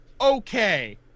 okay